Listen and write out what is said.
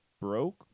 broke